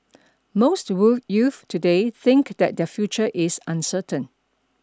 most youths today think that their future is uncertain